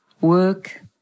work